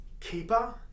keeper